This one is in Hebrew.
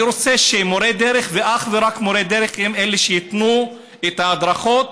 אני רוצה שמורי דרך ואך ורק מורה דרך הם שייתנו את ההדרכות,